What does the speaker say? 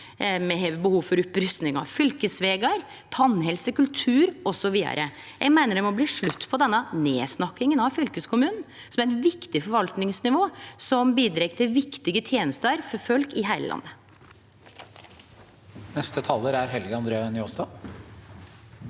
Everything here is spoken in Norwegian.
har behov for opprusting av fylkesvegar, tannhelse, kultur osv. Eg meiner det må bli slutt på denne nedsnakkinga av fylkeskommunen, som er eit viktig forvaltningsnivå, og som bidreg til viktige tenester for folk i heile landet. Helge André Njåstad